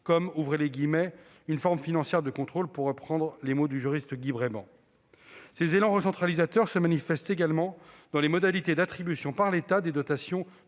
comme une « forme financière du contrôle », pour reprendre les mots du juriste Guy Braibant ? Ces élans recentralisateurs se manifestent également dans les modalités d'attribution par l'État des dotations